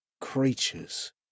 creatures